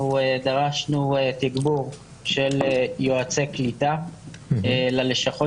אנחנו דרשנו תגבור של יועצי קליטה ללשכות